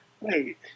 wait